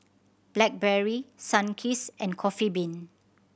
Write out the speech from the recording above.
Blackberry Sunkist and Coffee Bean